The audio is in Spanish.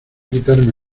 quitarme